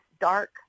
dark